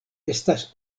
estas